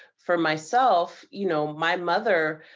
for myself, you know, my mother,